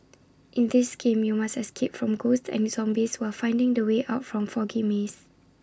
in this game you must escape from ghosts and zombies while finding the way out from foggy maze